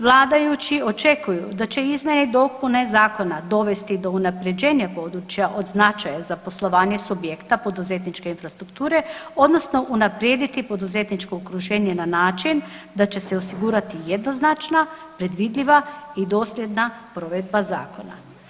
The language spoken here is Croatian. Vladajući očekuju da će izmjene i dopune zakona dovesti do unaprjeđenja područja od značaja za poslovanje subjekta poduzetničke infrastrukture odnosno unaprijediti poduzetničko okruženje na način da će se osigurati jednoznačna predvidljiva i dosljedna provedba zakona.